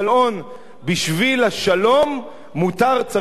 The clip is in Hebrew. בשביל השלום מותר, צריך ללבוש, איך?